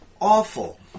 awful